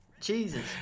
Jesus